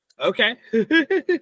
Okay